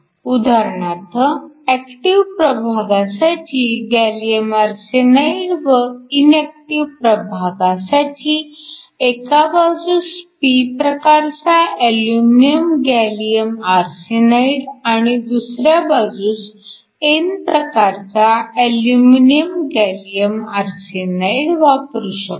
उदाहरणार्थ ऍक्टिव्ह प्रभागासाठी gallium arsenide व इनऍक्टिव्ह प्रभागासाठी एका बाजूस p प्रकारचा अल्युमिनिअम गॅलीअम आरसेनाइड आणि दुसऱ्या बाजूस n प्रकारचा अल्युमिनिअम गॅलीअम आरसेनाइड वापरू शकतो